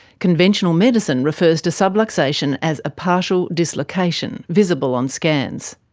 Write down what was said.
conventional medicine refers to subluxation as a partial dislocation, visible on scans.